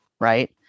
right